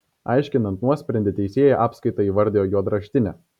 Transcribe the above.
aiškinant nuosprendį teisėja apskaitą įvardijo juodraštine